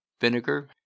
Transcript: vinegar